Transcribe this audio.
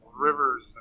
rivers